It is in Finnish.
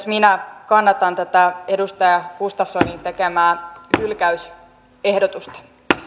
minä kannatan tätä edustaja gustafssonin tekemää hylkäysehdotusta